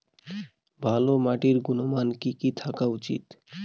ভালো মাটির গুণমান কি কি থাকা উচিৎ?